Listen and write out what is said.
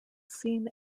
seen